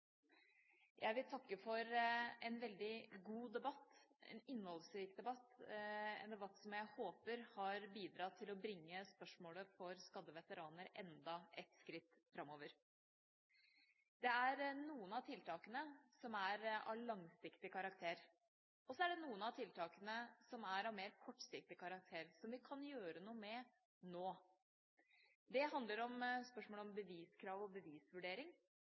Jeg vil takke for en veldig god debatt, en innholdsrik debatt, og en debatt som jeg håper har bidratt til å bringe spørsmålet for skadde veteraner enda et skritt framover. Det er noen av tiltakene som er av langsiktig karakter, og så er det noen av tiltakene som er av mer kortsiktig karakter, som vi kan gjøre noe med – nå. Det handler om spørsmålet om beviskrav og bevisvurdering.